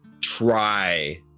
try